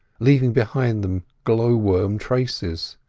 leaving behind them glow-worm traces.